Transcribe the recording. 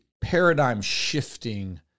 paradigm-shifting